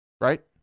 right